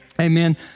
Amen